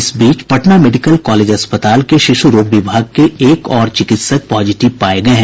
इस बीच Patna medical college अस्पताल के शिशु रोग विभाग के एक और चिकित्सक पॉजिटिव पाये गये हैं